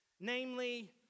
namely